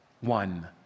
one